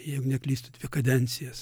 jeigu neklystu dvi kadencijas